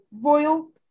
royal